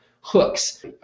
hooks